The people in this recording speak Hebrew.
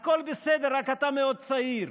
הכול בסדר, רק שאתה מאוד צעיר.